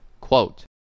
Quote